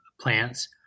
plants